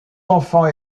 enfants